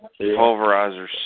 Pulverizers